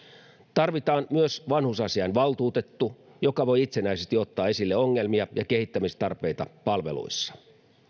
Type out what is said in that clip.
tarvitaan myös vanhusasiainvaltuutettu joka voi itsenäisesti ottaa esille ongelmia ja kehittämistarpeita palveluissa